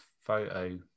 photo